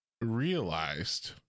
realized